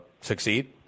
succeed